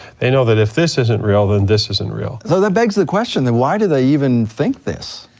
they know that if this isn't real then this isn't real. though that begs the question then, why do they even think this,